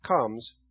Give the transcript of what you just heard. comes